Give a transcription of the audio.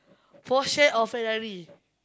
Porsche or Ferrari